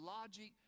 logic